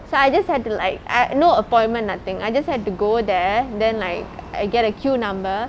so I just had to like i~ no appointment nothing I just had to go there then like I get a queue number